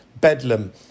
bedlam